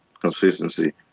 consistency